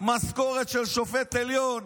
משכורת של שופט עליון